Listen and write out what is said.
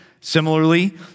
Similarly